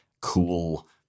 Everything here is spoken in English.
cool